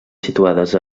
situades